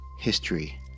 history